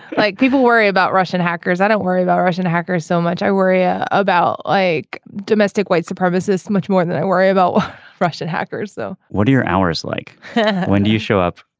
like people worry about russian hackers i don't worry about russian hackers so much i worry ah about like domestic white supremacists much more than i worry about russian hackers so what are your hours like when do you show up.